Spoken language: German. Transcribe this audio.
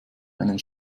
einen